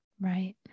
Right